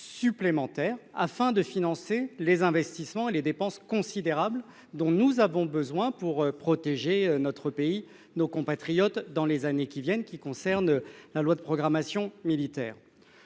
supplémentaires afin de financer les investissements et les dépenses considérables dont nous avons besoin pour protéger notre pays nos compatriotes dans les années qui viennent, qui concerne la loi de programmation militaire.